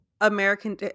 American